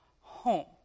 home